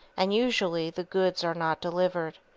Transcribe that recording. and, usually the goods are not delivered.